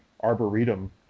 arboretum